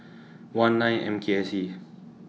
one nine M K S E